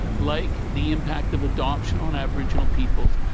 like the impact of adoption on aboriginal peoples,